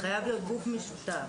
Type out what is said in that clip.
זה חייב להיות גוף משותף.